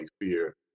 fear